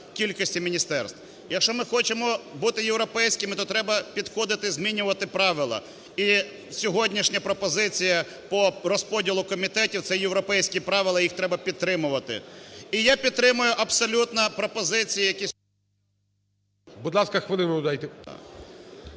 Будь ласка, хвилину додайте.